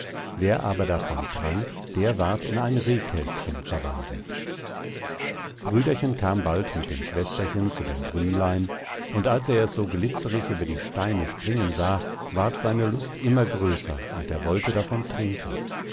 wer aber davon trank der ward in ein rehkälbchen verwandelt brüderchen kam bald mit dem schwesterchen zu dem brünnlein und als er es so glitzerig über die steine springen sah ward seine lust immer größer und er wollte davon trinken